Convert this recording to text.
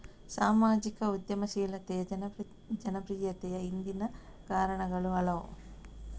ಸಾಮಾಜಿಕ ಉದ್ಯಮಶೀಲತೆಯ ಜನಪ್ರಿಯತೆಯ ಹಿಂದಿನ ಕಾರಣಗಳು ಹಲವು